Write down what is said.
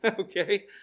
Okay